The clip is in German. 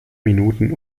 minuten